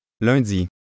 Lundi